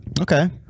Okay